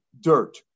dirt